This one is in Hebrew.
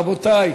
רבותי.